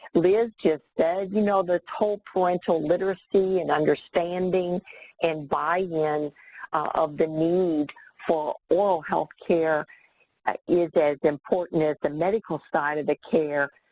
liz just said, you know, this whole parental literacy and understanding and buy-in of the need for oral health care is as important as the medical side of the care